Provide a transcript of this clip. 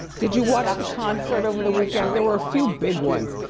did you watch the concert over the weekend? there were a few big ones.